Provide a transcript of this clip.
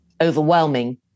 overwhelming